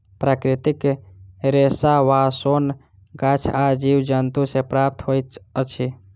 प्राकृतिक रेशा वा सोन गाछ आ जीव जन्तु सॅ प्राप्त होइत अछि